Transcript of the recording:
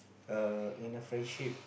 err in a friendship